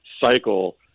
cycle